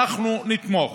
אנחנו נתמוך.